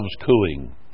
cooing